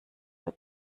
für